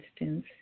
instance